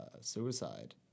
suicide